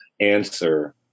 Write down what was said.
answer